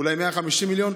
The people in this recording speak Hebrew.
אולי 150 מיליון.